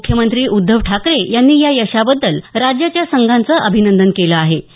म्ख्यमंत्री उद्धव ठाकरे यांनी या यशाबद्दल राज्या संघाचं अभिनंदन केलं आङे